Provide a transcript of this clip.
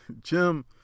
jim